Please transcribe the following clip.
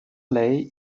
lei